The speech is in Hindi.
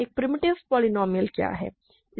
एक प्रिमिटिव पोलीनोमिअल क्या है